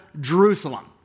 Jerusalem